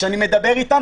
שאני מדבר אתם,